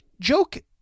Joke